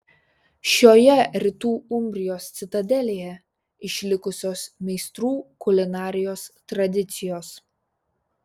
šioje rytų umbrijos citadelėje išlikusios meistrų kulinarijos tradicijos